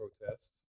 protests